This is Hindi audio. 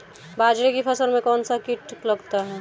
बाजरे की फसल में कौन सा कीट लगता है?